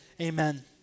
amen